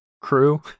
crew